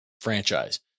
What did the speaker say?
franchise